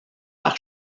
par